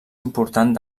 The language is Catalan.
important